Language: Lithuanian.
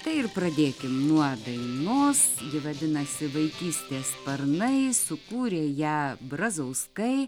tai ir pradėkim nuo dainos vadinasi vaikystės sparnai sukūrė ją brazauskai